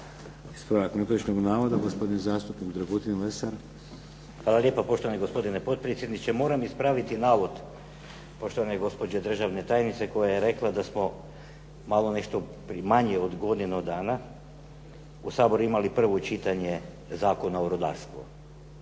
Ispravak netočnog navoda gospodin zastupnik DRagutin Lesar. **Lesar, Dragutin (Nezavisni)** Hvala lijepa. Poštovani gospodine potpredsjedniče. Moram ispraviti navod poštovane gospođe državne tajnice koja je rekla da smo malo nešto prije manje od godinu dana u SAboru imali prvo čitanje Zakona o rudarstvu.